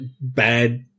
bad